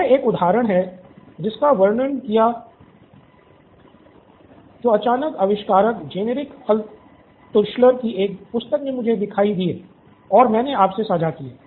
यह एक उदाहरण है जिसका मैंने वर्णन किया जो अचानक आविष्कारक जेनेरिक अल्त्शुलर की एक पुस्तक मे मुझे दिखाई दिए और मैंने आपसे साझा किए